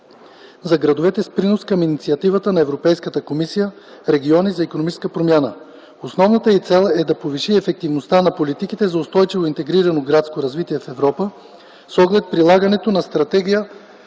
за градовете с принос към инициативата на Европейската комисия „Региони за икономическа промяна”. Основната й цел е да се повиши ефективността на политиките за устойчиво интегрирано градско развитие в Европа с оглед прилагането на Стратегията